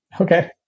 Okay